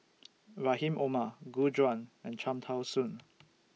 Rahim Omar Gu Juan and Cham Tao Soon